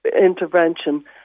intervention